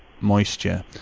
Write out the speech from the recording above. moisture